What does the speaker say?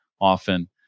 often